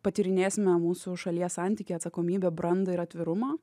patyrinėsime mūsų šalies santykį atsakomybę brandą ir atvirumą